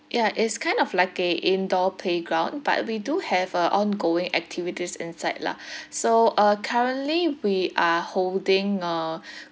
ya it's kind of like a indoor playground but we do have uh ongoing activities inside lah so uh currently we are holding uh